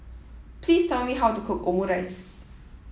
please tell me how to cook Omurice